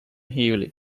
healy